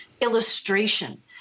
illustration